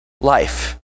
life